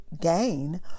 Gain